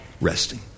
resting